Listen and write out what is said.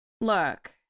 look